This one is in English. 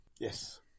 yes